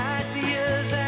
ideas